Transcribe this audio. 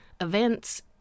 events